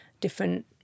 different